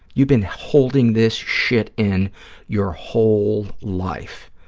you've been holding this shit in your whole life,